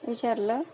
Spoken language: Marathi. विचारलं